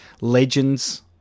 legends